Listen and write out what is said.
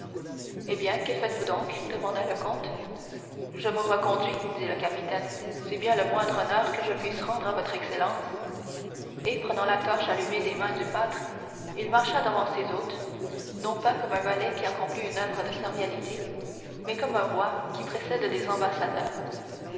eh bien que faites-vous donc demanda le comte je vous reconduis dit le capitaine c'est bien le moindre honneur que je puisse rendre à votre excellence et prenant la torche allumée des mains du pâtre il marcha devant ses hôtes non pas comme un valet qui accomplit une oeuvre de servilité mais comme un roi qui précède des ambassadeurs